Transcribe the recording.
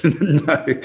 No